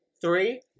three